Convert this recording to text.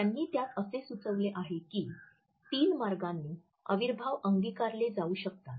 त्यांनी त्यात असे सुचवले आहे की तीन मार्गांनी अविर्भाव अंगिकारले जाऊ शकतात